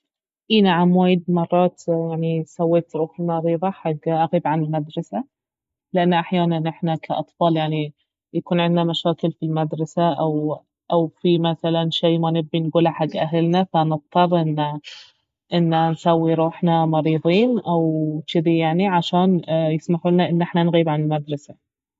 أي نعم وايد مرات يعني سويت روحي مريضة حق اغيب عن المدرسة لان أحيانا احنا كأطفال يعني يكون عندنا مشاكل في المدرسة او- او في مثلا شي ما نبي نقوله حق أهلنا فنضطر انه نسوي روحنا مريضين او جذي يعني عشان يسمحون لنا انه نغيب عن المدرسة